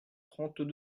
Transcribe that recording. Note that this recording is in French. trente